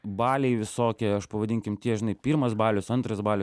baliai visokie aš pavadinkim tie žinai pirmas balius antras balius